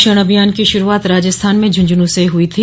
पोषण अभियान की शुरूआत राजस्थान में झुझनू से हुई थी